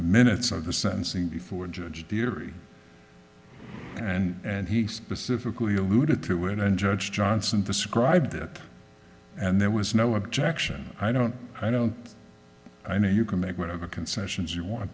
minutes of the sentencing before judge theory and he specifically alluded to it and judge johnson the scribed there and there was no objection i don't i don't i know you can make whatever concessions you want